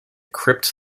crypt